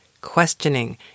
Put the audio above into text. questioning